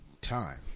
time